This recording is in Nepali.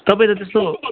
तपाईँले त्यस्तो